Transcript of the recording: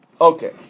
Okay